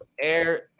Air